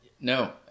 no